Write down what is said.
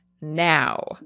now